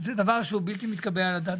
שהוא בלתי מתקבל על הדעת.